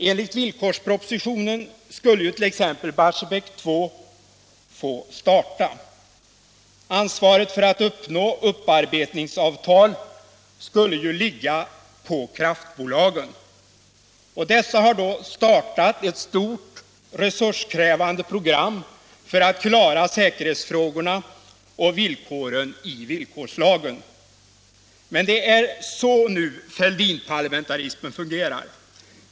Enligt villkorspropositionen skulle t.ex. Barsebäck 2 få starta. Ansvaret för att uppnå upparbetningsavtal skulle ligga på kraftbolagen. Dessa har startat ett stort resurskrävande program för att klara säkerhetsfrågorna och villkoren i villkorslagen. Men det är så Fälldinparlamentarismen fungerar.